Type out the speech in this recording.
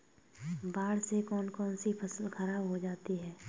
बाढ़ से कौन कौन सी फसल खराब हो जाती है?